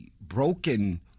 broken